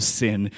sin